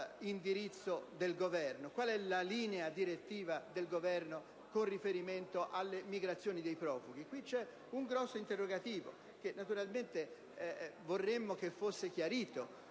Quale è la linea direttiva del Governo con riferimento alle migrazioni dei profughi? Qui c'è un grosso interrogativo, che naturalmente vorremmo fosse chiarito.